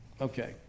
Okay